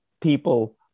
people